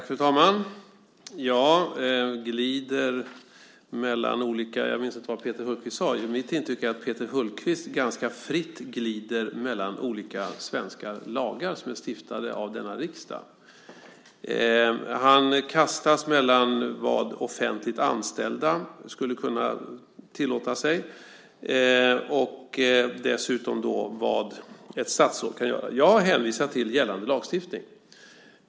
Fru talman! Glider mellan olika - jag minns inte vad Peter Hultqvist sade. Mitt intryck är att Peter Hultqvist ganska fritt glider mellan olika svenska lagar som är stiftade av denna riksdag. Han kastas mellan vad offentligt anställda skulle kunna tillåta sig och vad ett statsråd kan göra. Jag har hänvisat till gällande lagstiftning.